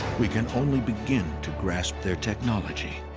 we can only begin to grasp their technology,